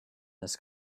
this